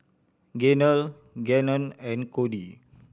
Gaynell Gannon and Kody